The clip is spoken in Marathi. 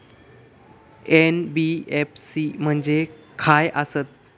एन.बी.एफ.सी म्हणजे खाय आसत?